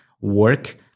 work